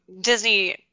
Disney